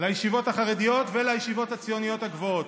לישיבות החרדיות ולישיבות הציונות הגבוהות,